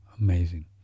amazing